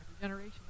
generation